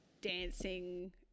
dancing